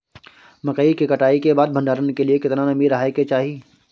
मकई के कटाई के बाद भंडारन के लिए केतना नमी रहै के चाही?